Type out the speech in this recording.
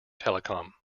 telecom